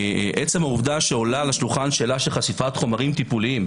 עצם העובדה שעולה על השולחן שאלה של חשיפת חומרים טיפוליים,